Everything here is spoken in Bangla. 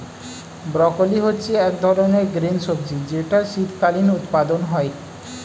ব্রকোলি হচ্ছে এক ধরনের গ্রিন সবজি যেটার শীতকালীন উৎপাদন হয়ে